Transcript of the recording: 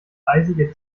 eisige